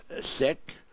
sick